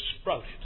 sprouted